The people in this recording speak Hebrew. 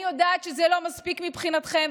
אני יודעת שזה לא מספיק מבחינתכם,